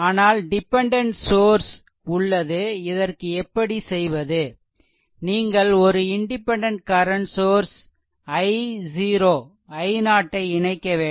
ஆனால் dependent source உள்ளது இதற்கு எப்படி செய்வது நீங்கள் ஒரு இண்டிபெண்டென்ட் கரண்ட் சோர்ஸ் i0 ஐ இணைக்க வேண்டும்